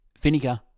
vinegar